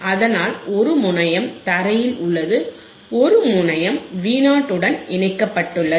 அதனால் ஒரு முனையம் தரையில் உள்ளது ஒரு முனையம் Vo உடன் இணைக்கப்பட்டுள்ளது